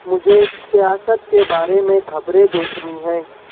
مجھے سیاست کے بارے میں خبریں دیکھنی ہیں